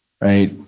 right